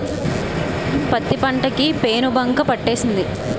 పత్తి పంట కి పేనుబంక పట్టేసింది